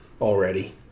already